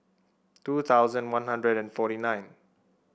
two thousand One Hundred and forty nine